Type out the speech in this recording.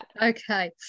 okay